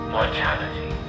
Mortality